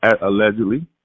allegedly